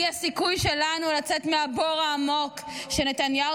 היא הסיכוי שלנו לצאת מהבור העמוק שנתניהו